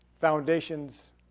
foundations